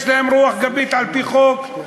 יש להם רוח גבית על-פי חוק,